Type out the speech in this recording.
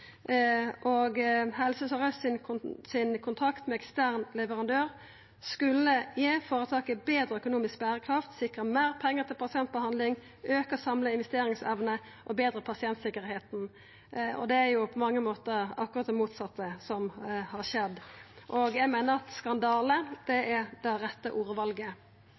og Helse Sør-Austs kontrakt med ekstern leverandør skulle gi føretaket betre økonomisk berekraft, sikra meir pengar til pasientbehandling, auka den samla investeringsevna og betra pasientsikkerheita, og det er jo på mange måtar akkurat det motsette som har skjedd. Eg meiner at skandale er det rette ordvalet.